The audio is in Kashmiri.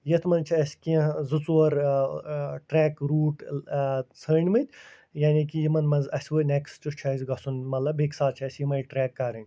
یَتھ منٛز چھِ اَسہِ کیٚنہہ زٕ ژور ٹرٛٮ۪ک روٗٹ ژھٲنٛڈۍمٕتۍ یعنی کہ یِمَن منٛز اَسہِ وۄنۍ نٮ۪کٕسٹ چھُ اَسہِ گژھُن مطلب بیٚکہِ ساتہٕ چھِ اَسہِ یِمَے ٹرٛٮ۪ک کَرٕنۍ